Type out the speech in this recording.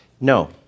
no